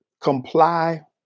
comply